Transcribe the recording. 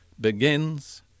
begins